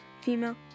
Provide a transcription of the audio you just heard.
female